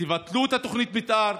תבטלו את תוכנית המתאר.